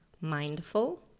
mindful